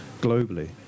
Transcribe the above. globally